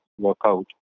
workout